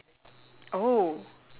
err I can guess